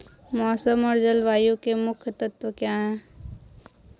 मौसम और जलवायु के मुख्य तत्व क्या हैं?